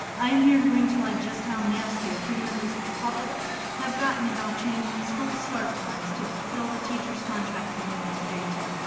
i am here to bring to light just how nasty a few members of the public have gotten about changing school start times to fill the teachers' contract the union agreed to.